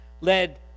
led